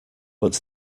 but